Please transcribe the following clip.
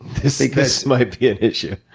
this like this might be an issue.